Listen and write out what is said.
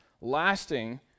lasting